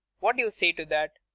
what do you say to that?